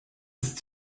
ist